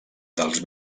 dels